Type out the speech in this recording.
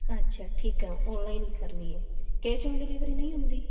ਅੱਛਾ ਠੀਕ ਆ ਓਨਲਾਈਨ ਹੀ ਕਰਨੀ ਹੈ ਕੈਸ਼ ਓਨ ਡਿਲੀਵਰੀ ਨਹੀਂ ਹੁੰਦੀ